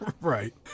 right